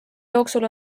jooksul